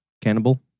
cannibal